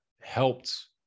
helped